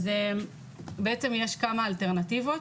יש כמה אלטרנטיבות.